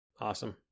awesome